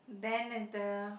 then at the